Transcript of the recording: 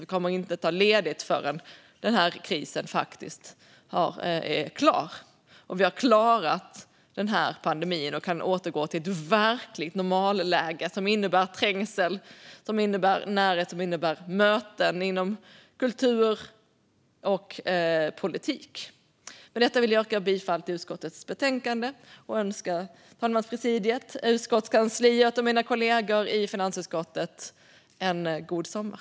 Vi kommer inte att ta ledigt förrän krisen faktiskt är över och vi har klarat pandemin och kan återgå till ett verkligt normalläge som innebär trängsel, närhet och möten inom kultur och politik. Med detta vill jag yrka bifall till utskottets förslag i betänkandet och önska talmanspresidiet, utskottskansliet och mina kollegor i finansutskottet en god sommar.